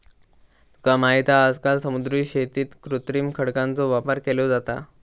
तुका माहित हा आजकाल समुद्री शेतीत कृत्रिम खडकांचो वापर केलो जाता